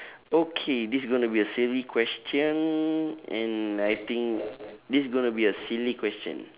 okay this is gonna be a silly question and I think this is gonna be a silly question